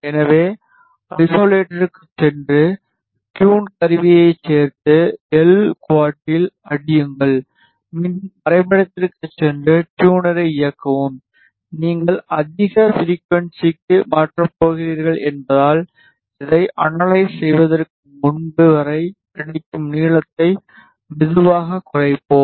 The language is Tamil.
எனவே ஐசோலேட்டருக்குச் சென்று டியூன் கருவியைச் சேர்த்து எல் குவாட்டில் அடியுங்கள் மீண்டும் வரைபடத்திற்குச் சென்று ட்யூனரை இயக்கவும் நீங்கள் அதிக ஃப்ரிகுவன்ஸிக்கு மாற்றப் போகிறீர்கள் என்பதால் இதைப் அனலைஸ் செய்வதற்கு முன்பு வரை கிடைக்கும் நீளத்தை மெதுவாகக் குறைப்போம்